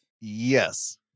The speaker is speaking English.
Yes